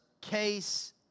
case